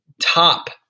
top